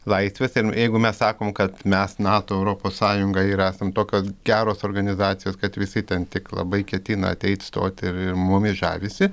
laisves ir jeigu mes sakom kad mes nato europos sąjunga ir esam tokios geros organizacijos kad visi ten tik labai ketina ateit stot ir ir mumis žavisi